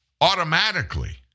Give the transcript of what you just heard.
Automatically